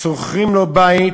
"שוכרים לו בית